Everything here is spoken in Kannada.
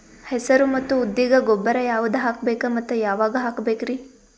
ಹೆಸರು ಮತ್ತು ಉದ್ದಿಗ ಗೊಬ್ಬರ ಯಾವದ ಹಾಕಬೇಕ ಮತ್ತ ಯಾವಾಗ ಹಾಕಬೇಕರಿ?